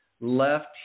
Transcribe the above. left